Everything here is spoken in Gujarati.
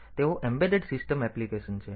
તેથી તેઓ એમ્બેડેડ સિસ્ટમ એપ્લિકેશન છે